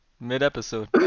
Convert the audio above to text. mid-episode